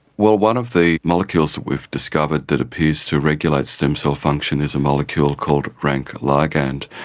well, one of the molecules that we've discovered that appears to regulate stem cell function is a molecule called rank ligand.